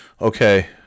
Okay